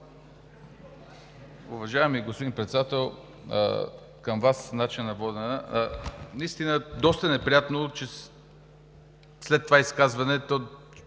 Уважаеми господин Председател, към Вас по начина на водене. Наистина, доста неприятно, че след това изказване